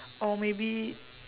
or maybe